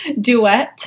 Duet